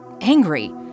angry